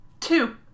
Two